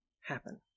happen